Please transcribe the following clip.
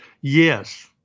Yes